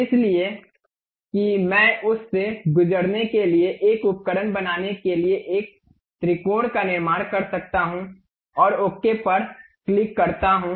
इसलिए कि मैं उस से गुजरने के लिए एक उपकरण बनाने के लिए एक त्रिकोण का निर्माण कर सकता हूं और ओके पर क्लिक करता हूं